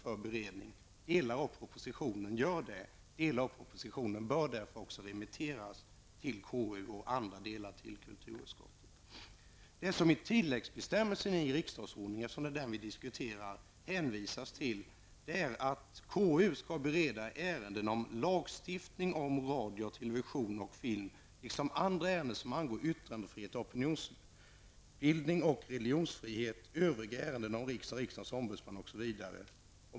Delar av propositionen tillhör detta område. Därför bör också delar av propositionen remitteras till konstitutionsutskottet, liksom andra delar bör remitteras till kulturutskottet. I tilläggsbestämmelsen i riksdagsordningen -- det är ju den som vi diskuterar -- sägs att konstitutionsutskottet skall bereda ärenden om lagstiftning om radio, television och film, liksom andra ärenden som angår yttrandefrihet, opinionsbildning, religionsfrihet samt övriga ärenden som berör riksdag och riksdagens ombudsman, osv.